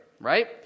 right